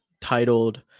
titled